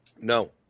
No